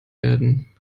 werden